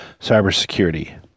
cybersecurity